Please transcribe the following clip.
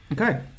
okay